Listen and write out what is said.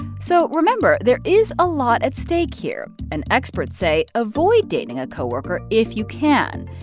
so remember, there is a lot at stake here. and experts say, avoid dating a co-worker if you can,